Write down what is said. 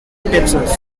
texas